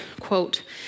quote